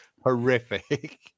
Horrific